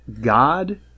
God